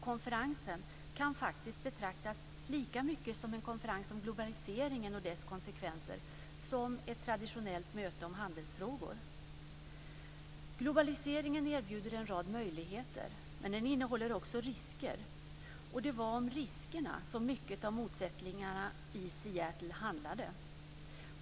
Konferensen kan faktiskt betraktas lika mycket som en konferens om globaliseringen och dess konsekvenser som ett traditionellt möte om handelsfrågor. Globaliseringen erbjuder en rad möjligheter, men den innehåller också risker. Det var om riskerna som mycket av motsättningarna i Seattle handlade.